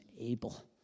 able